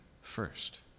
first